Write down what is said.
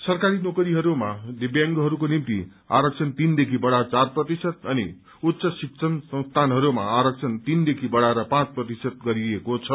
सरकारी नोकरीहरूमा दिव्यांगहरूको निम्ति आरक्षण तीनदेखि बढ़ाएर चार प्रतिशत अनि उच्च शिक्षण संस्थानहरूमा आरक्षण तीनदेखि बढ़ाएर पाँच प्रतिशत गरिइएको छ